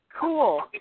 Cool